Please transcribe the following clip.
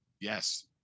Yes